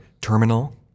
Terminal